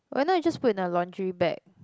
why not you just put in a laundry bag